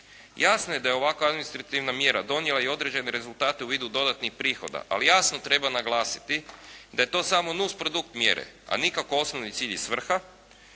Jasno je da je ovakva administrativna mjera donijela i određene rezultate u vidu dodatnih prihoda, ali jasno treba naglasiti da je to samo nusprodukt mjere a nikako osnovni cilj i svrha.